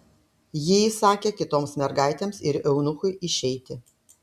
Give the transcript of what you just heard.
ji įsakė kitoms mergaitėms ir eunuchui išeiti